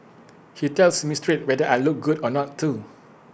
he tells me straight whether I look good or not too